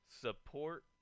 support